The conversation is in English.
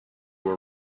were